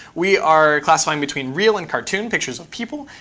we are classifying between real and cartoon pictures of people.